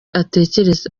atekereza